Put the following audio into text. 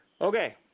Okay